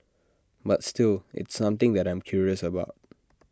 but still it's something that I am curious about